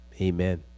amen